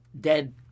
dead